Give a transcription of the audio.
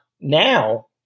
now